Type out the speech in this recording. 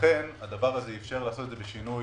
לכן הדבר הזה אפשר לעשות את זה בשינוי